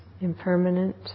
impermanent